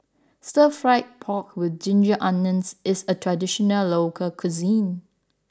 Stir Fried Pork with Ginger Onions is a traditional local cuisine